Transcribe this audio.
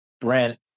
brent